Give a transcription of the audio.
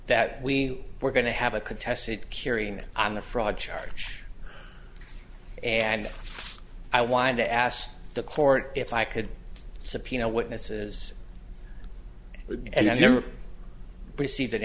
that we were going to have a contestant carrying on the fraud charge and i wanted to asked the court if i could subpoena witnesses and i never received an